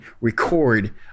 record